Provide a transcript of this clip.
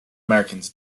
americans